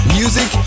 music